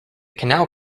canal